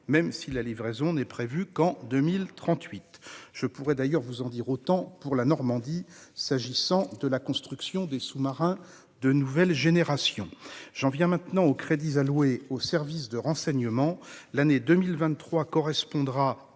même si la livraison n'est prévue qu'en 2038. Je pourrais d'ailleurs en dire autant pour la Normandie en ce qui concerne la construction des sous-marins de nouvelle génération ! J'en viens maintenant aux crédits dédiés aux services de renseignement. L'année 2023 correspondra,